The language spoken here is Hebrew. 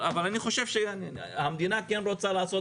אבל אני חושב שהמדינה כן רוצה לעשות